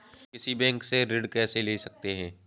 किसी बैंक से ऋण कैसे ले सकते हैं?